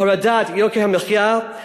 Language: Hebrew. הורדת יוקר המחיה,